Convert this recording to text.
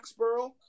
Foxborough